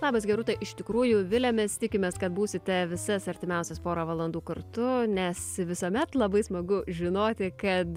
labas gerūta iš tikrųjų viliamės tikimės kad būsite visas artimiausias porą valandų kartu nes visuomet labai smagu žinoti kad